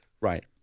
right